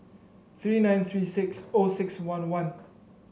three nine three six O six one one